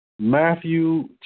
matthew